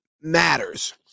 matters